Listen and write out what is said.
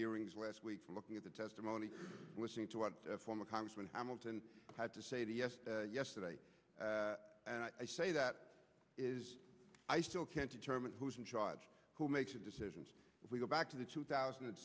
hearings last week from looking at the testimony listening to what former congressman hamilton had to say the yesterday and i say that i still can't determine who's in charge who makes the decisions we go back to the two thousand and